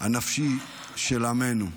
הנפשי של עמנו.